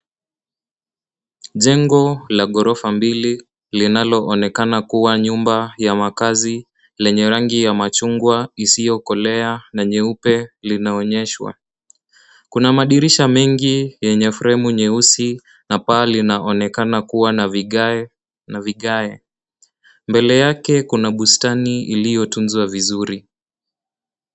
Jengo la ghorofa mbili linaloonekana kuwa nyumba ya makazi lenye rangi ya machungwa isiyokolea inaonyeshwa. Kuna madirisha mengi yenye fremu nyeusi na paa linaonekana kuwa na vigae. Mbele yake kuna bustani iliyotunzwa vizuri.